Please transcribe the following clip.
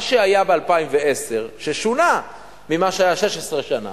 מה שהיה ב-2010, ששונה ממה שהיה 16 שנה,